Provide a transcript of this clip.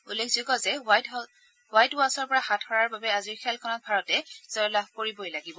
উল্লেখযোগ্য যে হোৱাইট ওৱাচৰ হাত সৰাৰ বাবে আজিৰ খেলখনত ভাৰতে জয়লাভ কৰিবই লাগিব